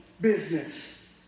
business